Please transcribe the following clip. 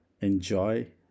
Enjoy